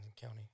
County